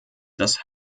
das